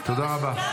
תודה רבה.